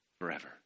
forever